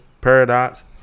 paradox